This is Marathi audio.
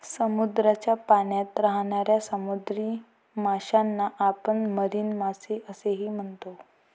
समुद्राच्या पाण्यात राहणाऱ्या समुद्री माशांना आपण मरीन मासे असेही म्हणतो